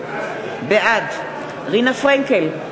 בעד רינה פרנקל,